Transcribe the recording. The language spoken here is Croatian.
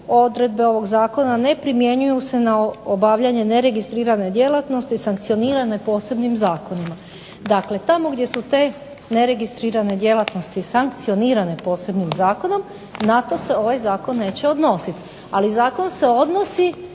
"Odredbe ovog zakona ne primjenjuju se na obavljanje neregistrirane djelatnosti sankcionirane posebnim zakonima." Dakle, tamo gdje su te neregistrirane djelatnosti sankcionirane posebnim zakonom na to se ovaj zakon neće odnositi, ali zakon se odnosi